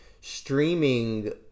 streaming